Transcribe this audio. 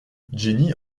jenny